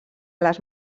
les